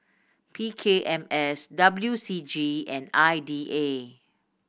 P K M S W C G and I D A